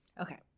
Okay